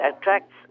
attracts